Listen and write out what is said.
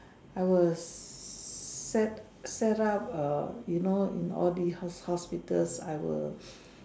I was set setup a you know in all these hospitals I were